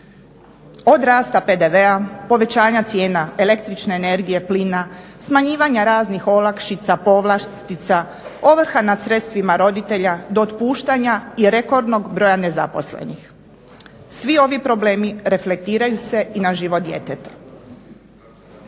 od rasta PDV-a, povećanja cijena električne energije, plina, smanjivanja raznih olakšica, povlastica, ovrha nad sredstvima roditelja do otpuštanja i rekordnog broja nezaposlenih. Svi ovi problemi reflektiraju se i na život djeteta.